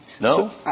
No